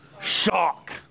Shock